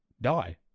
die